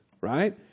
right